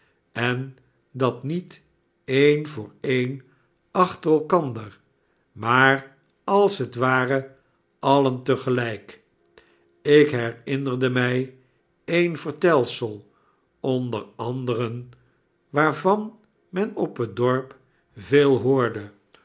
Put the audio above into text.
en dat niet een voor e'e'nachter elkander maar als het ware alien te gelijk ik herinnerde mij den vertelsel onder anderen waarvan men op het dorp veel hoorde